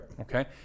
Okay